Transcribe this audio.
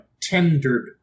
tendered